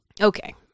Okay